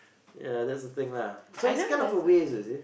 ya that's the thing lah so it's kind of a waste you see